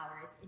hours